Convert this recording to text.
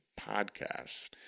podcast